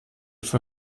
für